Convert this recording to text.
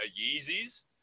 Yeezys